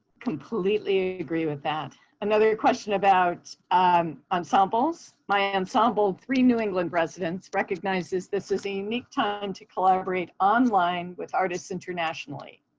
completely agree with that. another question about ensembles. my ensemble of three new england residents recognizes this is a unique time to collaborate online with artists internationally.